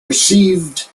received